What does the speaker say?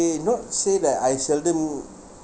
not say that I seldom